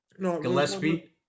Gillespie